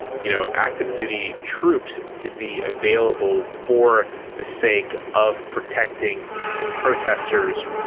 you know, active duty troops to be available for the sake of protecting protesters.